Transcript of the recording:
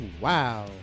Wow